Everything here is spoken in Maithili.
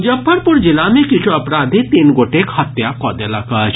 मुजफ्फरपुर जिला मे किछ् अपराधी तीन गोटेक हत्या कऽ देलक अछि